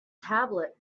tablet